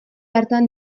hartan